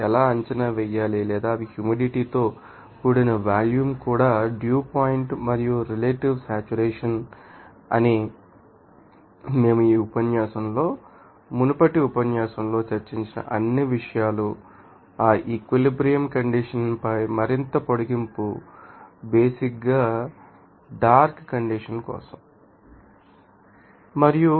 ఎలా అంచనా వేయాలి లేదా అవి హ్యూమిడిటీ తో కూడిన వాల్యూమ్ కూడా డ్యూ పాయింట్ మరియు రిలేటివ్ సాచురేషన్ అని మేము ఈ ఉపన్యాసంలో మునుపటి ఉపన్యాసంలో చర్చించిన అన్ని విషయాలు ఆ ఈక్విలిబ్రియం కండిషన్ పై మరింత పొడిగింపు బేసిక్ ంగా డార్క్ కండెన్సషన్ కోసం